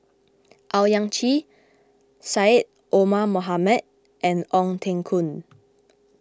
Owyang Chi Syed Omar Mohamed and Ong Teng Koon